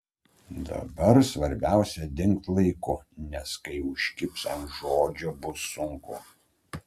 dabar svarbiausia dingt laiku nes kai užkibs ant žodžio bus sunku